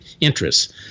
interests